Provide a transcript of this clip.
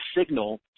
signal